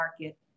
market